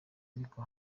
ariko